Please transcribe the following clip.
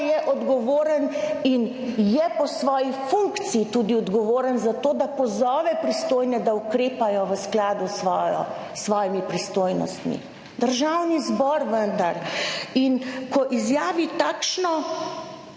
je odgovoren - in je po svoji funkciji tudi odgovoren - za to, da pozove pristojne, da ukrepajo v skladu s svojo svojimi pristojnostmi - Državni zbor vendar. In ko izjavi takšno,